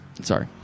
sorry